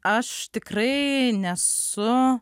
aš tikrai nesu